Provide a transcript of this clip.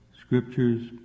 scriptures